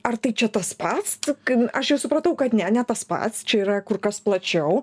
ar tai čia tas pats kai aš jau supratau kad ne ne tas pats čia yra kur kas plačiau